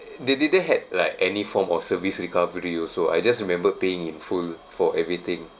they didn't had like any form of service recovery also I just remember paying in full for everything